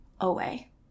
away